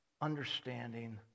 understanding